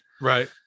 Right